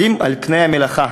פני המלאכה.